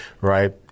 right